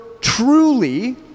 truly